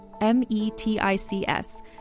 M-E-T-I-C-S